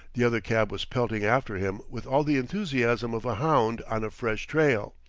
the other cab was pelting after him with all the enthusiasm of a hound on a fresh trail.